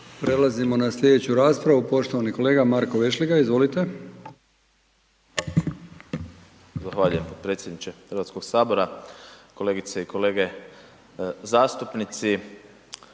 Prelazimo na slijedeću raspravu, poštovani kolega Marko Vešligaj, izvolite. **Vešligaj, Marko (SDP)** Zahvaljujem potpredsjedniče Hrvatskog sabora. Kolegice i kolege zastupnici,